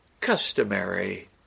customary